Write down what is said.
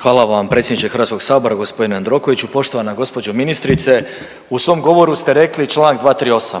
Hvala vam predsjedniče HS g. Jandrokoviću. Poštovana gđo. ministrice, u svom govoru ste rekli čl. 238.,